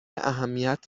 اهمیت